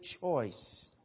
choice